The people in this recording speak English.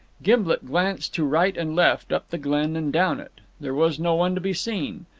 gimblet glanced to right and left, up the glen and down it. there was no one to be seen.